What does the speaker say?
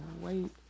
wait